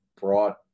brought